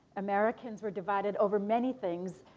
americans were divided over many things,